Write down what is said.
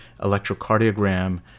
electrocardiogram